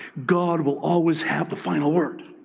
god will always have the final word.